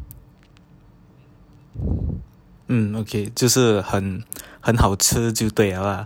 um okay 就是很很好吃就对了 lah